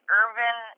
urban